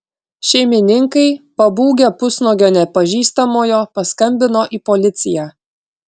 šeimininkai pabūgę pusnuogio nepažįstamojo paskambino į policiją